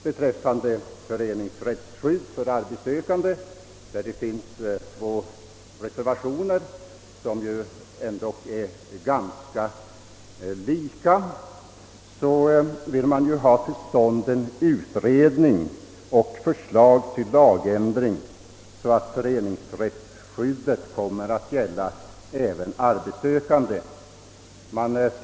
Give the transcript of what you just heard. Beträffande föreningsrättsskydd för arbetssökande yrkas i motionen att riksdagen skall begära förslag till lagändring så att föreningsrättsskyddet kommer att gälla även för arbetssökande.